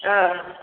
हँ